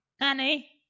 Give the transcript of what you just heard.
Annie